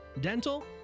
dental